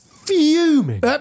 Fuming